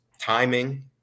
timing